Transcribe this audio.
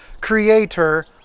creator